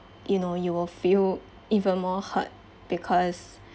you know you will feel even more hurt because